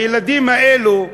את הילדים האלה,